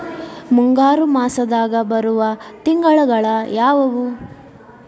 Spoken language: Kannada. ಮುಂಗಾರು ಮಾಸದಾಗ ಬರುವ ತಿಂಗಳುಗಳ ಯಾವವು?